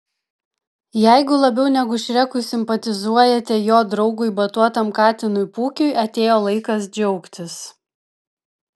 jeigu labiau negu šrekui simpatizuojate jo draugui batuotam katinui pūkiui atėjo laikas džiaugtis